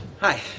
Hi